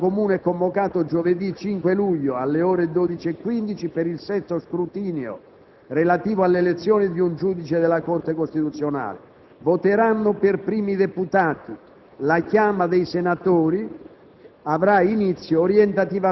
il Parlamento in seduta comune è convocato giovedì 5 luglio, alle ore 12,15, per il sesto scrutinio relativo all'elezione di un giudice della Corte costituzionale. Voteranno per primi i deputati. La chiama dei senatori